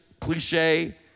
cliche